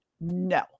No